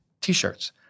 T-shirts